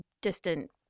distant